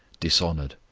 dishonoured,